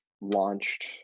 launched